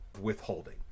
withholding